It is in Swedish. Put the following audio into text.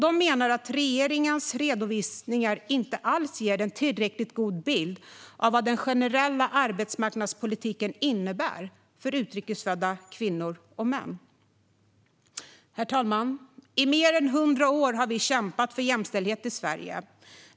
Den menar att regeringens redovisningar inte alls ger en tillräckligt god bild av vad den generella arbetsmarknadspolitiken innebär för utrikesfödda kvinnor och män. Herr talman! I mer än hundra år har vi kämpat för jämställdhet i Sverige.